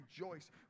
rejoice